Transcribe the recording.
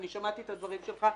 שמעתי את הדברים שלך.